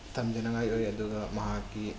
ꯇꯝꯖꯅꯤꯡꯉꯥꯏ ꯑꯣꯏ ꯑꯗꯨꯒ ꯃꯍꯥꯛꯀꯤ